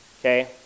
Okay